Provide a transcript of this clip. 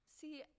see